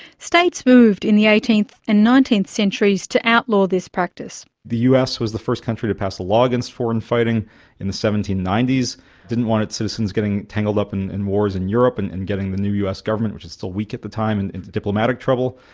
states moved in the eighteenth and nineteenth centuries to outlaw this practice. the us was the first country to pass a law against foreign fighting in the seventeen ninety s. it didn't want its citizens getting tangled up and in wars in europe and and getting the new us government, which was still weak at the time, and into diplomatic trouble.